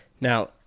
Now